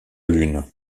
lune